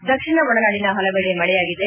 PTC ದಕ್ಷಿಣ ಒಳನಾಡಿನ ಹಲವೆಡೆ ಮಳೆಯಾಗಿದೆ